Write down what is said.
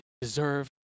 deserve